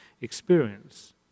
experience